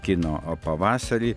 kino pavasarį